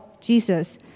Jesus